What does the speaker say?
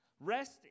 Rest